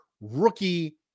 rookie